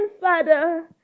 Father